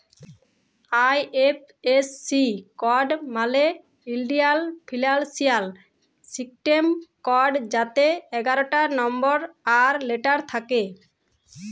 IFSC code মালে ইলডিয়াল financial system code যাতে এগারটা লম্বর আর লেটার থ্যাকে